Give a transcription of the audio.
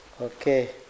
Okay